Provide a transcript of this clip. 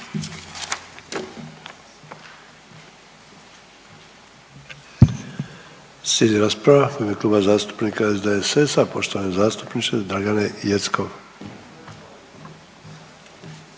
Slijedi rasprava u ime Kluba zastupnika SDSS-a, poštovane zastupniče Dragane Jeckov.